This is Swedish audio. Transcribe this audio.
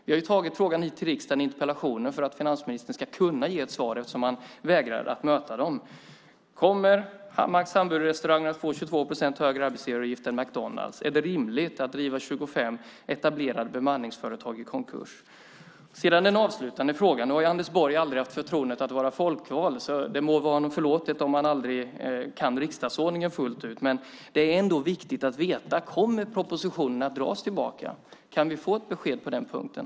Vi har tagit frågan hit till riksdagen i interpellationer för att finansministern ska kunna ge ett svar, eftersom han vägrar att möta dem. Kommer Max Hamburgerrestauranger att få 22 procent högre arbetsgivaravgifter än McDonalds? Är de rimligt att driva 25 etablerade bemanningsföretag i konkurs? Jag har en avslutande fråga. Anders Borg har aldrig haft förtroendet att vara folkvald. Det må vara honom förlåtet om han inte kan riksdagsordningen fullt ut. Men det är ändå viktigt att veta: Kommer propositionen att dras tillbaka? Kan vi få ett besked på den punkten?